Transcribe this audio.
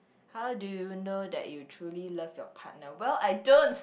how do you know that you truly love your partner well I don't